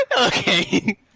Okay